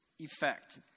effect